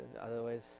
otherwise